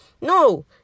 no